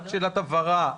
שאלת הבהרה.